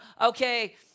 okay